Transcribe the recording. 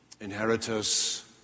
inheritors